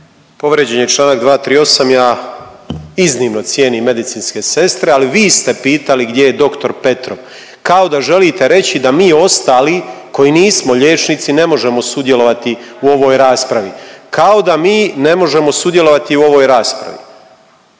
Povrijeđen je članak 238. ja iznimno cijenim medicinske sestre, ali vi ste pitali gdje je doktor Petrov kao da želite reći da mi ostali koji nismo liječnici ne možemo sudjelovati u ovoj raspravi, kao da mi ne možemo sudjelovati u ovoj raspravi.